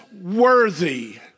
worthy